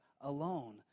alone